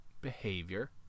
behavior